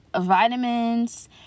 vitamins